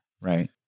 right